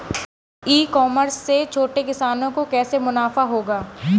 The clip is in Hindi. ई कॉमर्स से छोटे किसानों को कैसे मुनाफा होगा?